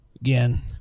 Again